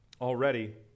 already